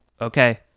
okay